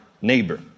neighbor